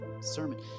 sermon